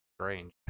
Strange